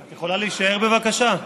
את יכולה להישאר, בבקשה?